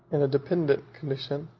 in a dependent condition,